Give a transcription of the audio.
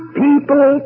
people